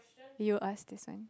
he will ask to sign